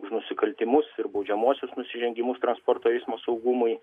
už nusikaltimus ir baudžiamuosius nusižengimus transporto eismo saugumui